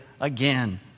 again